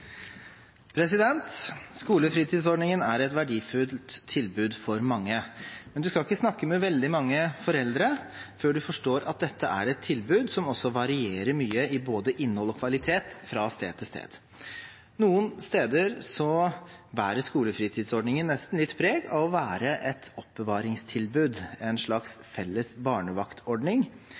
et verdifullt tilbud for mange. Men man skal ikke snakke med veldig mange foreldre før man forstår at dette er et tilbud som også varierer mye i både innhold og kvalitet fra sted til sted. Noen steder bærer skolefritidsordningen nesten litt preg av å være et oppbevaringstilbud, en slags felles barnevaktordning,